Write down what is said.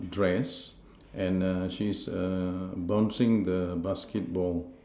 dress and err she's err bouncing the basketball